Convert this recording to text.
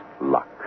luck